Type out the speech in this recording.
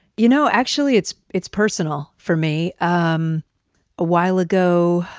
you know, actually it's it's personal for me. um awhile ago,